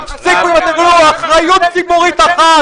תפסיקו ותגלו אחריות ציבורית אחת.